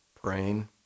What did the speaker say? praying